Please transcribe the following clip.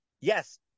Yes